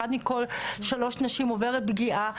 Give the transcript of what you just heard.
אחת מכל שלוש נשים עוברת פגיעה,